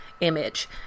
image